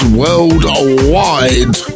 worldwide